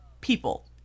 people